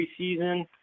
preseason